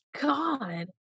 God